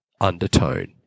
undertone